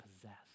possess